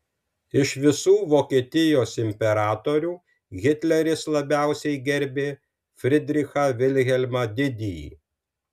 iš visų vokietijos imperatorių hitleris labiausiai gerbė fridrichą vilhelmą didįjį